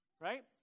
right